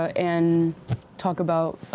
and talk about